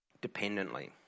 dependently